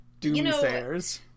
doomsayers